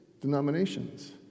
denominations